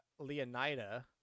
Leonida